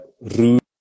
rude